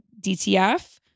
DTF